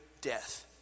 death